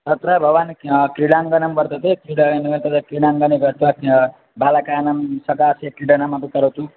तत्र भवान् क्रीडाङ्गणं वर्तते क्रीडायाः तत्र क्रीडाङ्गणं गत्वा बालकानां सकाशे क्रीडनमपि करोतु